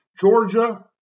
Georgia